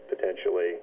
potentially